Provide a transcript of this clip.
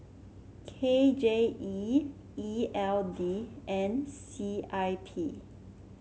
K J E E L D and C I P